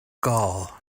gall